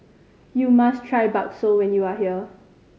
you must try bakso when you are here